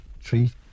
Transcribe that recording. three